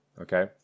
Okay